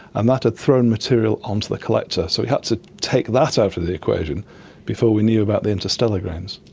and that had thrown material onto the collector so we had to take that out of the equation before we knew about the interstellar grains.